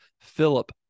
Philip